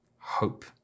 hope